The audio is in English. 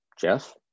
Jeff